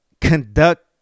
conduct